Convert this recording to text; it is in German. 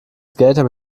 skater